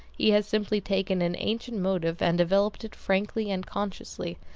he has simply taken an ancient motive and developed it frankly and consciously,